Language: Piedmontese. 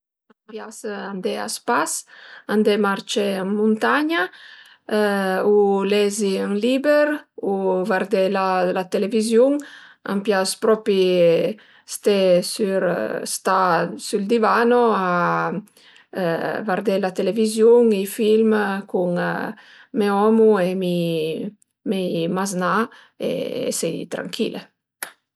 A m'pias andé a spas, andé marcé ën muntagna u lezi ën liber u vardé la televiziun, m'pias propi sté sür sta sül divano a vardé la televiziun, i film cun me omu e mi maznà e esi tranchile